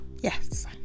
Yes